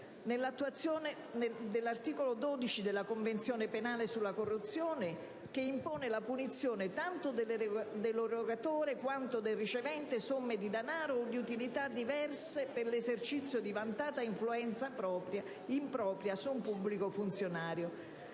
in attuazione dell'articolo 12 della Convenzione penale sulla corruzione, che impone la punizione tanto dell'erogatore quanto del ricevente somme di danaro o di utilità diverse per l'esercizio di vantata influenza impropria su un pubblico funzionario